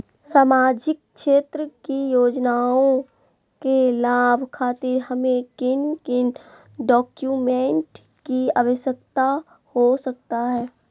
सामाजिक क्षेत्र की योजनाओं के लाभ खातिर हमें किन किन डॉक्यूमेंट की आवश्यकता हो सकता है?